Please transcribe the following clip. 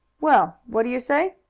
well, what do you say?